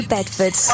Bedford